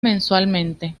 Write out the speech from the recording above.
mensualmente